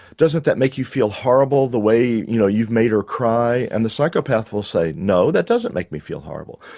doesn't that make you feel horrible the way, you know, you've made her cry? and the psychopath will say, no that doesn't make me feel horrible.